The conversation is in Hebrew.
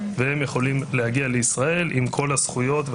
הם יכולים להגיע לישראל עם כל הזכויות.